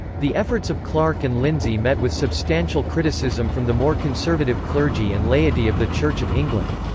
the efforts of clarke and lindsey met with substantial criticism from the more conservative clergy and laity of the church of england.